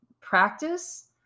practice